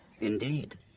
Indeed